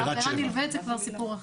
עבירה נלווית זה כבר סיפור אחר.